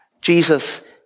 Jesus